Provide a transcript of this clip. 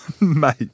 Mate